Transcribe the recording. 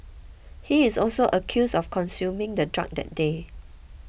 he is also accused of consuming the drug that day